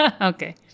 Okay